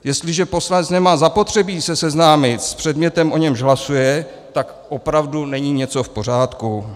Jestliže poslanec nemá zapotřebí se seznámit s předmětem, o němž hlasuje, tak opravdu není něco v pořádku.